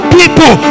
people